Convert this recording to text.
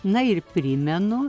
na ir primenu